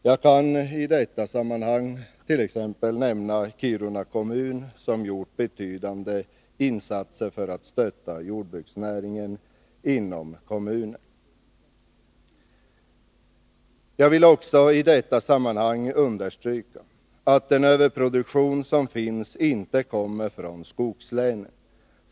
Jag kan i detta sammanhang nämna Kiruna kommun, som gjort betydande insatser för att stötta jordbruksnäringen inom kommunen. Jag vill också i detta sammanhang understryka att den överproduktion som finns inte härrör sig från skogslänen.